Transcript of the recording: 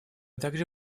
также